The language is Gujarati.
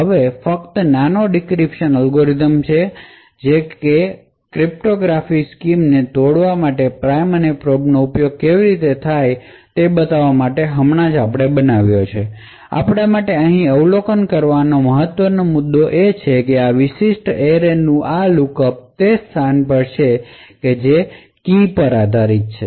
હવે આ ફક્ત નાનો ડિક્રિપ્શન અલ્ગોરિધમનો છે જે કે ક્રિપ્ટોગ્રાફિક સ્કીમ્સને તોડવા માટે પ્રાઇમ અને પ્રોબ નો ઉપયોગ કેવી રીતે થઈ શકે છે તે બતાવવા માટે હમણાં બનાવ્યો છે આપણાં માટે અહીં અવલોકન કરવાનો મહત્વપૂર્ણ મુદ્દો એ છે કે આ વિશિષ્ટ એરેનું આ લુકઅપ તે સ્થાન પર છે કી જે પર આધારિત છે